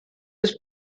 was